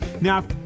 now